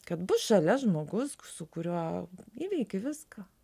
kad bus šalia žmogus su kuriuo įveiki viską